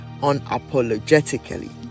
unapologetically